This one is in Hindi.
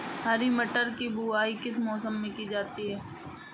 हरी मटर की बुवाई किस मौसम में की जाती है?